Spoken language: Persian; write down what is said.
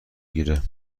گیره